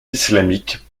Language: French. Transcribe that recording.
islamiques